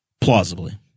Plausibly